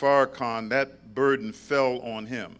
farrakhan that burden fell on him